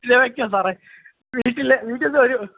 ഞാൻ വെയ്ക്കുകയാണ് സാറേ വീട്ടില് നിന്നൊരു